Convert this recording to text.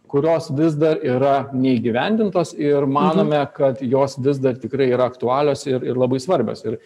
kurios vis dar yra neįgyvendintos ir manome kad jos vis dar tikrai yra aktualios ir ir labai svarbios ir